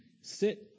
sit